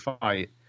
fight